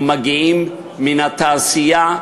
ומגיעים מהתעשייה,